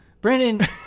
Brandon